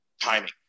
timing